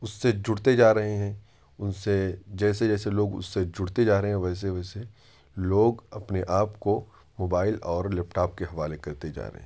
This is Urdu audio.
اس سے جڑتے جا رہے ہیں ان سے جیسے جیسے لوگ اس سے جڑتے جا رہے ہیں ویسے ویسے لوگ اپنے آپ کو موبائل اور لیپ ٹاپ کے حوالے کرتے جا رہے ہیں